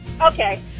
Okay